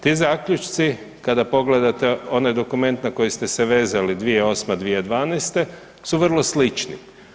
Ti zaključci kada pogledate onaj dokument na koji ste se vezali 2008.-2012. su vrlo slični.